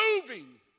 moving